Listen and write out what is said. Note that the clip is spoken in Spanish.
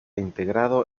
integrado